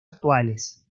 actuales